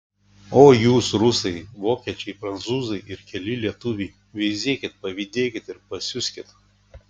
o jūs rusai vokiečiai prancūzai ir keli lietuviai veizėkit pavydėkit ir pasiuskit